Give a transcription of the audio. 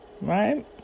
Right